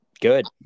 good